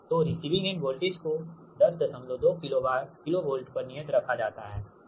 VsVrIRRcosXsin तो receiving end voltage को 102 kilo volt KV पर नियत रखा जाता है